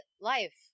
life